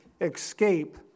escape